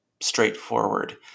straightforward